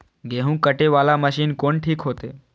गेहूं कटे वाला मशीन कोन ठीक होते?